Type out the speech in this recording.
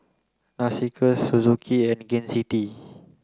Narcissus Suzuki and Gain City